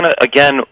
again